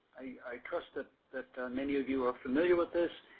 i trust ah that many of you are familiar with this.